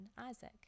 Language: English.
Isaac